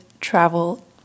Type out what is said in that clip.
travel